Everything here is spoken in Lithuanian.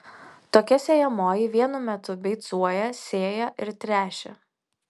tokia sėjamoji vienu metu beicuoja sėja ir tręšia